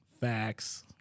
Facts